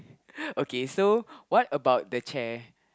okay so what about the chair